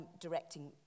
directing